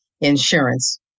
insurance